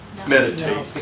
Meditate